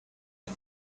and